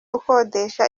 ukodesha